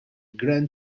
grand